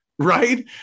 right